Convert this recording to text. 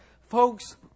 folks